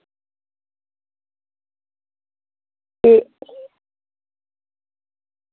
ते